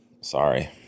sorry